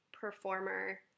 performer